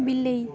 ବିଲେଇ